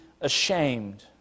ashamed